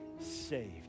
saved